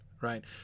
Right